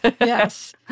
Yes